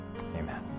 Amen